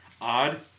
odd